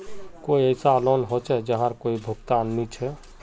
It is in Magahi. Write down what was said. कोई ऐसा लोन होचे जहार कोई भुगतान नी छे?